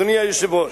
אדוני היושב-ראש,